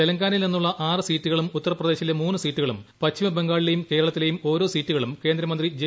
തെലങ്കാനയിൽ നിന്നുള്ള ആറ് സീറ്റുകളും ഉത്തർപ്രദേശിലെ മൂന്ന് സീറ്റുകളും പശ്ചിമ ബംഗാളിലെയും കേരളത്തിലെയും ഓരോ സീറ്റുകളും കേന്ദ്രമന്ത്രി ജെ